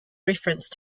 reference